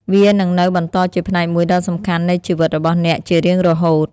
វានឹងនៅបន្តជាផ្នែកមួយដ៏សំខាន់នៃជីវិតរបស់អ្នកជារៀងរហូត។